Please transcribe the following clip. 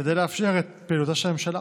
כדי לאפשר את פעילותה של הממשלה.